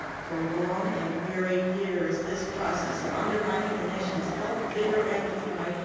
for long and weary years this process of undermining the nation's health, vigor, and pride,